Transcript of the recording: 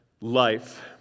life